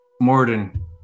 Morden